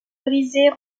brisée